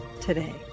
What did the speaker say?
today